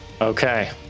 Okay